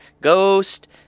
Ghost